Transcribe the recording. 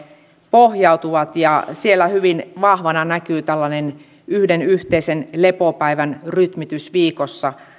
pohjautuvat ja siellä hyvin vahvana näkyy tällainen yhden yhteisen lepopäivän rytmitys viikossa